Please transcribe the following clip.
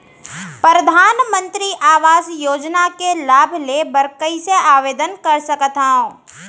परधानमंतरी आवास योजना के लाभ ले बर कइसे आवेदन कर सकथव?